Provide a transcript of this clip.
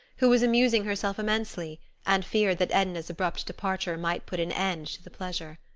who was amusing herself immensely and feared that edna's abrupt departure might put an end to the pleasure.